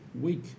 week